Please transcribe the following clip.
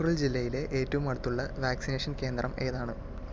ഉഖ്രുൽ ജില്ലയിലെ ഏറ്റവും അടുത്തുള്ള വാക്സിനേഷൻ കേന്ദ്രം ഏതാണ്